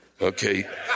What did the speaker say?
Okay